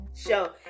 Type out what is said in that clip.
show